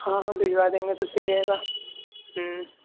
ہاں ہاں بھیجوا دیں گے تو صحیح رہے گا ہوں